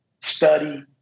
study